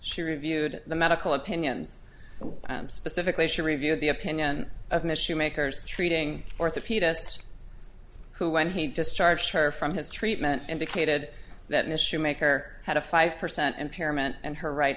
she reviewed the medical opinions and specifically she reviewed the opinion of an issue makers treating orthopedists who when he discharged her from his treatment indicated that ms shoemaker had a five percent impairment and her right